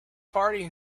party